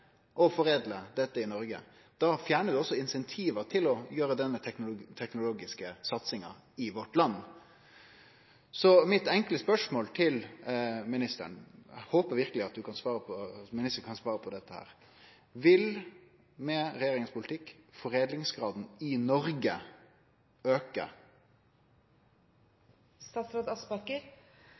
foredle dette i Noreg, og da fjernar ein også incentiva til å gjere denne teknologiske satsinga i vårt land. Så mitt enkle spørsmål til ministeren – eg håper verkeleg ministeren kan svare på det – er: Vil foredlingsgraden i Noreg auke med regjeringa sin politikk?